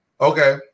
Okay